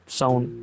sound